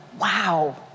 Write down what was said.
wow